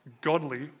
godly